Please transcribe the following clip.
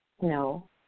no